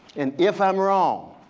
and if i'm wrong,